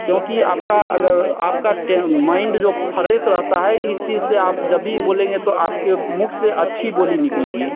क्योंकि आपका अगर आपका टेन माइंड जो फरेश रहता है इस चीज़ से आप जब भी बोलेंगे तो आपके मुख से अच्छी बोली निकलेगी